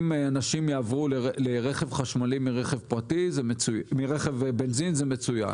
אם אנשים יעברו לרכב חשמלי מרכב בנזין זה מצוין.